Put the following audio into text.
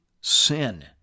sin